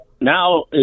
Now